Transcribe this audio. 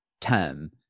term